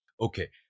Okay